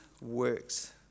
works